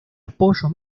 apoyo